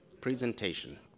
presentation